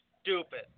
stupid